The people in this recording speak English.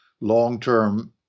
long-term